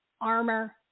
armor